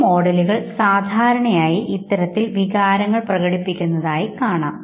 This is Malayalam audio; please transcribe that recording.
ചില മോഡലുകൾ സാധാരണയായി ഇത്തരത്തിൽ വികാരങ്ങൾ പ്രകടിപ്പിക്കുന്നതായി കാണാം